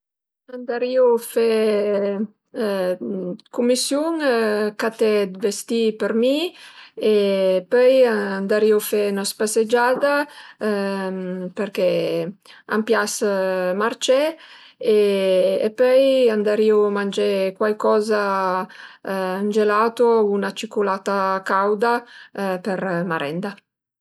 Andarìu fe 'd cumisiun, caté vestì për mi e pöi andarìu fe 'na spasegiada përché a m'pias marcé e pöi andarìu mangé cuaicoza, ën gelato u üna ciculada cauda për marenda